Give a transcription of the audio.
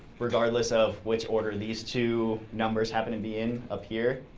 regardless of which order these two numbers happen to be in up here,